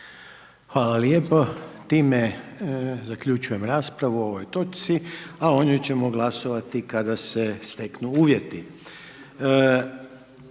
vam lijepo, time zaključujem raspravu o ovoj točci, a o njoj ćemo glasovati kada se steknu uvjeti. Mi